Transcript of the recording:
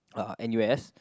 uh N U S